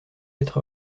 être